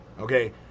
Okay